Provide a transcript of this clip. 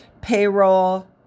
payroll